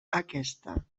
aquesta